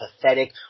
pathetic